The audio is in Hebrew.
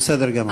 בסדר גמור.